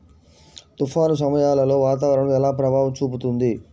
తుఫాను సమయాలలో వాతావరణం ఎలా ప్రభావం చూపుతుంది?